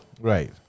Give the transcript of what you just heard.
Right